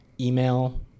email